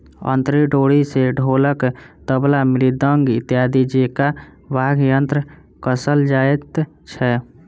अंतरी डोरी सॅ ढोलक, तबला, मृदंग इत्यादि जेंका वाद्य यंत्र कसल जाइत छै